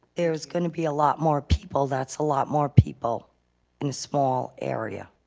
there's gonna be a lot more people, that's a lot more people in a small area.